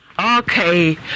Okay